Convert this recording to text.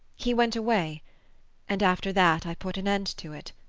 he went away and after that i put an end to it.